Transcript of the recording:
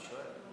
אני שואל.